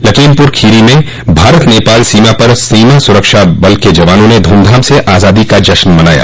लखीमपुर खीरी में भारत नेपाल सीमा पर सीमा सुरक्षा बल के जवानों ने धूमधाम से आजादी का जश्न मनाया